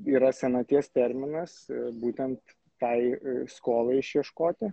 yra senaties terminas būtent tai skolai išieškoti